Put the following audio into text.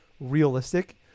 realistic